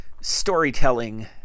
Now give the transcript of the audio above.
storytelling